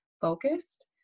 focused